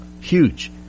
Huge